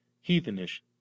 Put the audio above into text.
heathenish